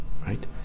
Right